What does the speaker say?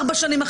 ארבע שנים,